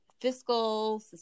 fiscal